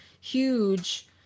huge